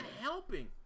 helping